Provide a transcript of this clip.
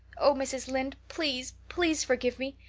oh, mrs. lynde, please, please, forgive me.